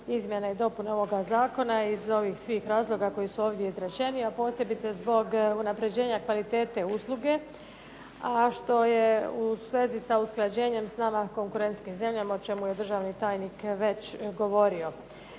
izmjene i dopune ovoga zakona iz ovih svih razloga koji su ovdje izrečeni, a posebice zbog unapređenja kvalitete usluge, a što je u vezi sa usklađenjem s nama konkurentskim zemljama o čemu je državni tajnik već govorio.